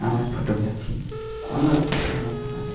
আমার ফটোগ্রাফি অন্যদের থেকে অনেক আলাদা